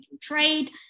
trade